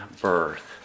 birth